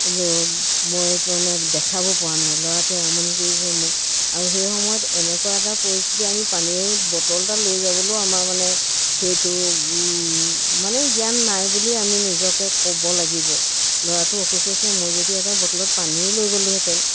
কিন্তু মই মানে দেখাব পৰা নাই ল'ৰাটোৱে আমনি কৰিছে মোক আৰু সেই সময়ত এনেকুৱা এটা পৰিস্থিতি আমি পানী বটল এটা লৈ যাবলৈও আমাৰ মানে সেইটো মানে জ্ঞান নাই বুলিয়েই আমি নিজকে ক'ব লাগিব ল'ৰাটোৰ অসুখ হৈছে মই যদি এটা বটলত পানীও লৈ গ'লোহেঁতেন